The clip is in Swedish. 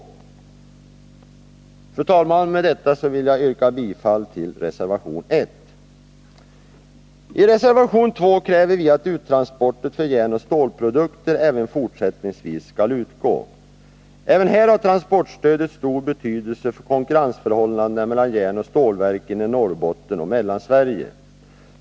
Fru talman! Med detta vill jag yrka bifall till reservation 1. I reservation 2 kräver vi att uttransportstödet för järnoch stålprodukter även fortsättningsvis skall utgå. Även här har transportstödet stor betydelse för konkurrensförhållandena mellan järnoch stålverken i Norrbotten och Mellansverige.